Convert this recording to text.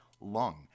lung